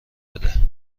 بده